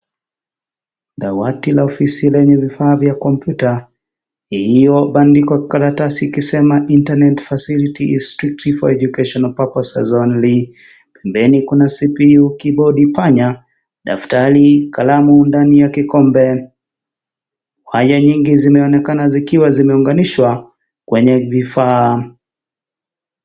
Dawati la ofisi lenye vifaa vya kompyuta , iliyobandikwa karatasi ikisema internet facility is strictly for educational purposes only pembeni kuna CPU , kibodi, panya, daftari , kalamu ndani ya kikombe . Waya nyingi zimeonekana zikiwa zimeunganishwa kwenye vifaa.